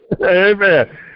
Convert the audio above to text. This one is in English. Amen